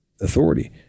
authority